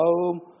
home